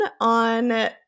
on